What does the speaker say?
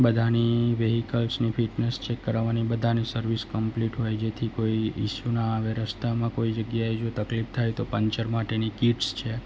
બધાની વ્હીકલ્સની fitness check કરાવાની બધાની સર્વિસ કંપલીટ હોય જેથી કોઈ ઈસ્યુ ના આવે રસ્તામાં કોઈ જગ્યાએ જો તકલીફ થાય તો પંચર માટેની કીટ્સ છે